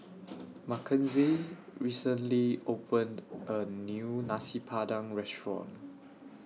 Mackenzie recently opened A New Nasi Padang Restaurant